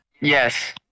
Yes